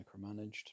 micromanaged